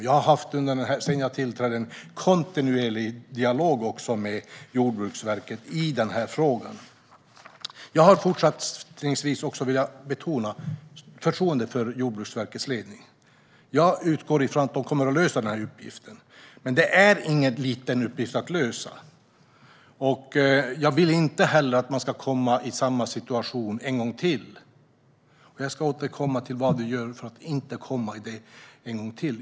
Sedan jag tillträdde har jag dessutom haft en kontinuerlig dialog med Jordbruksverket om denna fråga. Jag vill betona att jag fortsättningsvis har förtroende för Jordbruksverkets ledning, och jag utgår från att verket kommer att lösa denna uppgift, som faktiskt inte är liten. Jag vill inte heller att man ska hamna i samma situation en gång till. Jag ska återkomma till vad vi gör för att inte hamna där en gång till.